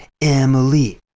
Emily